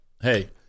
hey